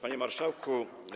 Panie Marszałku!